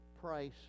price